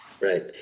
right